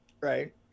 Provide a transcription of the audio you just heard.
right